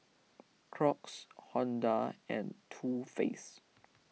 Crocs Honda and Too Faced